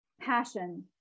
passion